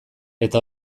eta